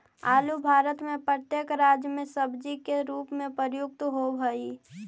आलू भारत में प्रत्येक राज्य में सब्जी के रूप में प्रयुक्त होवअ हई